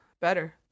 Better